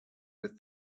with